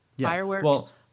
Fireworks